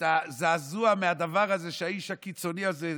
את הזעזוע מהדבר הזה שהאיש הקיצוני הזה,